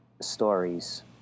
stories